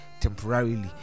temporarily